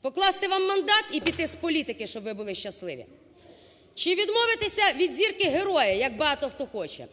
Покласти вам мандат і піти з політики, щоб ви були щасливі, чи відмовитися від Зірки Героя, як багато хто хоче?